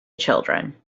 children